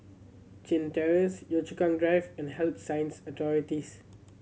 Chin Terrace Yio Chu Kang Drive and Health Sciences Authorities